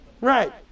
Right